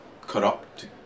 corrupt